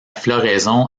floraison